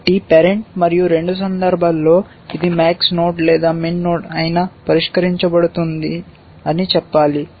కాబట్టి పేరెంట్ మరియు రెండు సందర్భాల్లో ఇది max నోడ్ లేదా min నోడ్ అయినా పరిష్కరించబడుతుంది అని చెప్పాలి